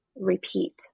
repeat